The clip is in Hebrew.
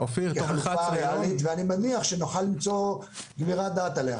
היא חלופה ריאלית ואני מניח שנוכל למצוא גמירת דעת עליה.